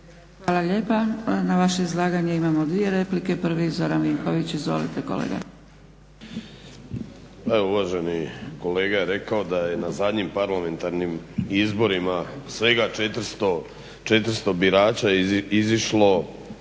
Hvala lijepa. Na vaše izlaganje imamo dvije replike. Prvi, Zoran Vinković. Izvolite kolega. **Vinković, Zoran (HDSSB)** Evo uvaženi kolega je rekao da je na zadnjim parlamentarnim izborima svega 400 birača izašlo